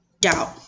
Doubt